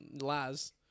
Laz